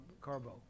carbo